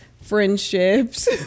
friendships